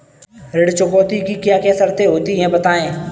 ऋण चुकौती की क्या क्या शर्तें होती हैं बताएँ?